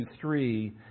three